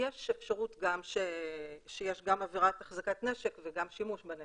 יש אפשרות שיש גם עבירת אחזקת נשק וגם שימוש בנשק.